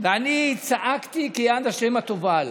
ואני צעקתי כיד השם הטובה עליי.